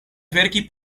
verki